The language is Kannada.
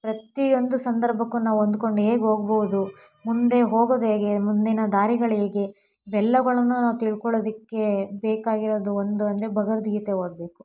ಪ್ರತಿಯೊಂದು ಸಂದರ್ಭಕ್ಕೂ ನಾವು ಹೊಂದ್ಕೊಂಡು ಹೇಗ್ ಹೋಗ್ಬಹುದು ಮುಂದೆ ಹೋಗೋದು ಹೇಗೆ ಮುಂದಿನ ದಾರಿಗಳು ಹೇಗೆ ಇವೆಲ್ಲಗಳನ್ನು ನಾವು ತಿಳ್ಕೊಳೋದಕ್ಕೆ ಬೇಕಾಗಿರೋದು ಒಂದು ಅಂದರೆ ಭಗವದ್ಗೀತೆ ಓದಬೇಕು